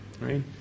right